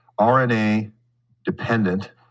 RNA-dependent